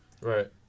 right